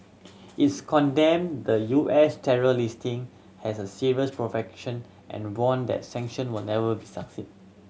it's condemned the U S terror listing as a serious provocation and warned that sanction would never be succeed